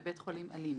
בבית חולים "אלין".